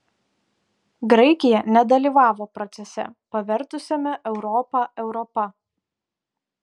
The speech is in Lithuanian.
graikija nedalyvavo procese pavertusiame europą europa